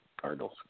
Cardinals